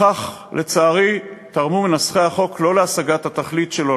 בכך לצערי תרמו מנסחי החוק לא להשגת התכלית שלו,